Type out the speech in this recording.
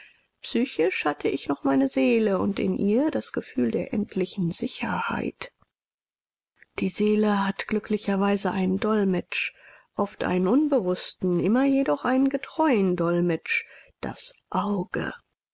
hatte ich noch meine seele und in ihr das gefühl der endlichen sicherheit die seele hat glücklicherweise einen dolmetsch oft einen unbewußten immer jedoch einen getreuen dolmetsch das auge